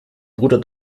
bruder